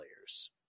players